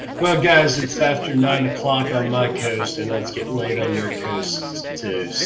well guys, it's after nine o'clock on my coast and it's getting late on your coast to